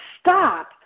stop